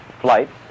flights